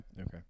okay